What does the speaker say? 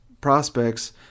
prospects